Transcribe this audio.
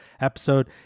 episode